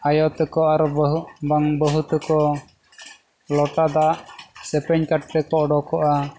ᱟᱭᱳ ᱛᱟᱠᱚ ᱟᱨᱚ ᱵᱟᱹᱦᱩ ᱵᱟᱝ ᱵᱟᱹᱦᱩ ᱛᱟᱠᱚ ᱞᱚᱴᱟ ᱫᱟᱜ ᱥᱮᱯᱮᱧ ᱠᱟᱛᱮᱠᱚ ᱩᱰᱩᱠᱚᱜᱼᱟ